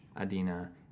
Adina